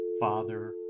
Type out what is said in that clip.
father